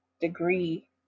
degree